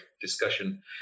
discussion